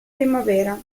primavera